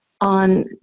on